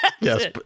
Yes